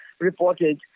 reported